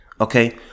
okay